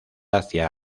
hacia